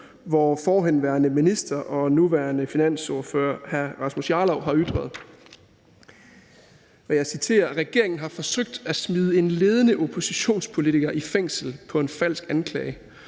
hvor forhenværende minister og nuværende finansordfører hr. Rasmus Jarlov har ytret: »Regeringen har forsøgt at smide en ledende oppositionspolitiker i fængsel på en falsk anklage